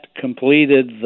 completed